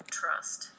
trust